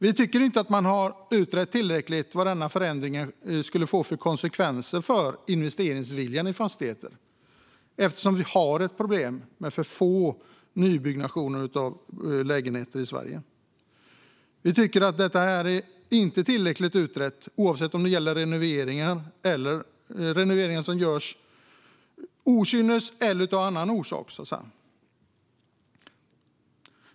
Vi menar att man inte har utrett tillräckligt vad denna förändring skulle få för konsekvenser för investeringsviljan i fastigheter med tanke på problemet med att det i dag byggs för få nya lägenheter. Detta gäller även vid renovering, oavsett orsak.